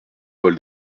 paul